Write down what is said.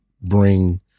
bring